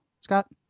Scott